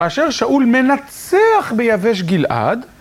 אשר שאול מנצח ביבש גלעד.